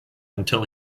until